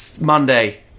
Monday